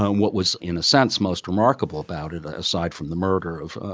and what was, in a sense, most remarkable about it ah aside from the murder of,